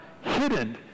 hidden